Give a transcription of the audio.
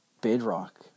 bedrock